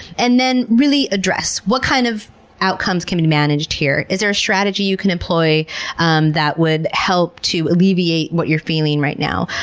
and then really address what kind of outcomes can be managed here. is there a strategy you can employ um that would help to alleviate what you're feeling right now,